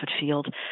field